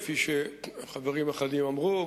כפי שחברים אחדים אמרו,